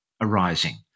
arising